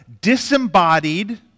disembodied